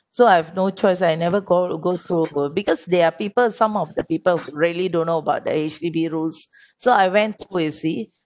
so I have no choice I never go go through uh because there are people some of the people really don't know about the H_D_B rules so I went you see